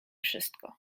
wszystko